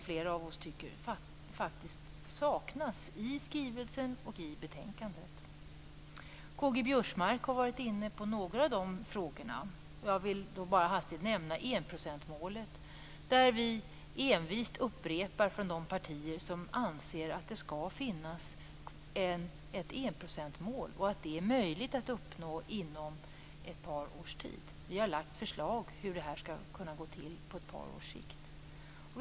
Flera av oss tycker faktiskt att det saknas en del i skrivelsen och i betänkandet. K-G Biörsmark har varit inne på några av de frågorna. Jag vill bara hastigt nämna enprocentsmålet. Vi i de partier som anser att det skall finnas ett enprocentsmål upprepar envist att det är möjligt att uppnå det inom ett par års tid. Vi har lagt fram förslag om hur det skall kunna gå till på ett par års sikt.